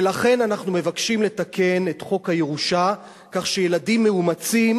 ולכן אנחנו מבקשים לתקן את חוק הירושה כך שילדים מאומצים